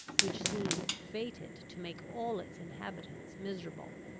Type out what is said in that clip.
which seemed fated to make all its inhabitants miserable,